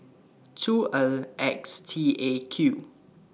two L X T A Q